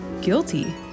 guilty